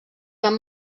van